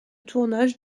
tournage